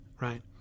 right